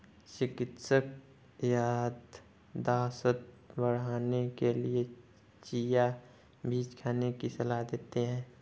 चिकित्सक याददाश्त बढ़ाने के लिए चिया बीज खाने की सलाह देते हैं